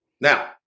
Now